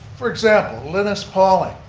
for example, linus pauling.